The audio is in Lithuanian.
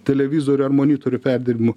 televizorių ar monitorių perdirbimu